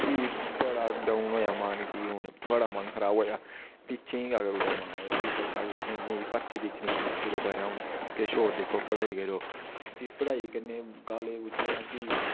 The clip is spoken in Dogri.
भी बड़ा डाऊन होआ मोराल की हू'न बड़ा मन खराब होआ भी चेंज गै करी ओड़ेआ कि असें नेईं भर्थी दिक्खनी ऐ छोड़ो परें हू'न किश होर दिक्खो पढ़ाई करो भी पढ़ाई करने गी कॉलेज पुज्जे तां भी